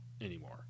anymore